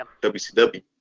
WCW